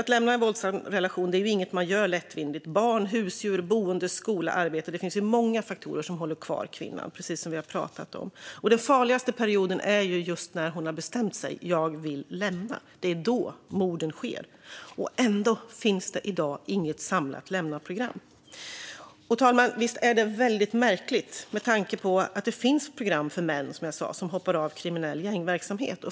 Att lämna en våldsam relation är som vi vet inget man gör lättvindigt. Det handlar om barn, husdjur, boende, skola och arbete. Det finns många faktorer som håller kvar kvinnan, precis som vi har talat om. Den farligaste perioden är just när hon har bestämt sig: Jag vill lämna. Det är då morden sker. Ändå finns det i dag inget samlat lämnaprogram. Fru talman! Visst är det väldigt märkligt med tanke på, som jag sa, att det finns program för män som hoppar av kriminell gängverksamhet.